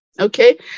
Okay